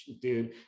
dude